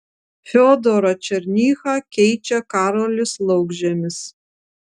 fiodorą černychą keičia karolis laukžemis